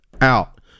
out